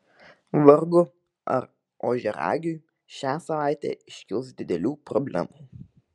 vargu ar ožiaragiui šią savaitę iškils didelių problemų